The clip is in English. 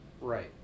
Right